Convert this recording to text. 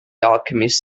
alchemist